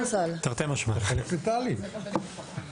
בגלל שגילית בעיות תברואתיות וכו'.